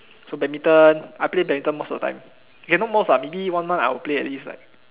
so badminton I play badminton most of the time okay not most lah maybe one month I play at least like